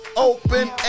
open